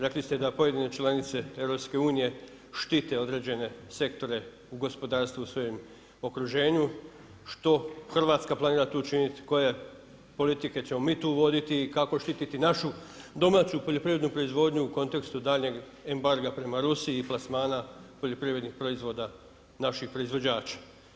Rekli ste da pojedine članice EU, štite određene sektore u gospodarstvu svojim okruženju, što Hrvatska planira to učinit, koje politike ćemo mi tu voditi i kako štititi našu domaću poljoprivrednu proizvodnju u kontekstu daljnjeg embarga prema Rusiji i plasmana poljoprivrednih proizvoda naših proizvođača.